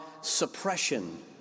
suppression